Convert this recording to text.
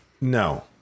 No